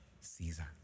Caesar